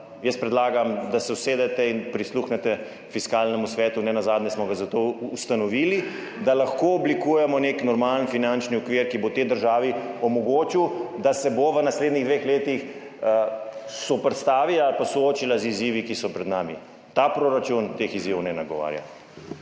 Jaz predlagam, da se usedete in prisluhnete Fiskalnemu svetu, nenazadnje smo ga zato ustanovili, da lahko oblikujemo nek normalen finančni okvir, ki bo tej državi omogočil, da se bo v naslednjih dveh letih zoperstavila ali pa soočila z izzivi, ki so pred nami. Ta proračun teh izzivov ne nagovarja.